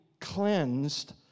cleansed